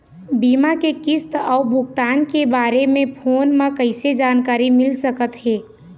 बीमा के किस्त अऊ भुगतान के बारे मे फोन म कइसे जानकारी मिल सकत हे?